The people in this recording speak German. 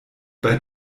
bei